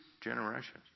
generations